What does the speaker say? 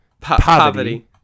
Poverty